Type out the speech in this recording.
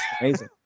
amazing